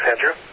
Andrew